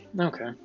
Okay